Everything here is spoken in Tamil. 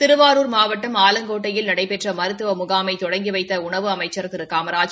திருவாரூர் மாவட்டம் ஆலங்கோட்டையில் நடைபெற்ற மருத்துவ முகாமை தொடங்கி வைத்த உணவு அமைச்சர் திரு காமராஜ்